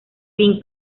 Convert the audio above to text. pink